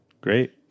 Great